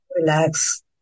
Relax